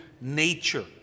nature